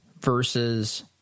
versus